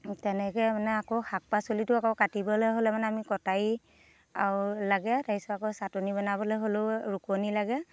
তেনেকৈ মানে আকৌ শাক পাচলিটো আকৌ কাটিবলৈ হ'লে মানে আমি কটাৰী আৰু লাগে তাৰ পিছত আকৌ চাটনি বনাবলৈ হ'লেও ৰোকনী লাগে